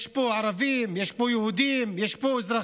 יש פה ערבים, יש פה יהודים, יש פה אזרחים,